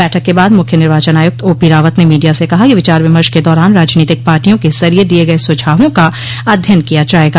बैठक के बाद मुख्य निर्वाचन आयुक्त ओपी रावत ने मीडिया से कहा कि विचार विमर्श के दौरान राजनीतिक पार्टियों के जरिये दिये गये सुझावों का अध्ययन किया जायेगा